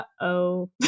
uh-oh